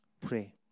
Pray